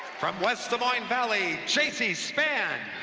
from west des moines valley jacey spann.